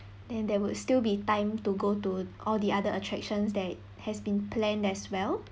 and there would still be time to go to all the other attractions that has been planned as well